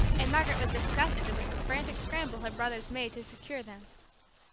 and margaret was disgusted with the frantic scramble her brothers made to secure them.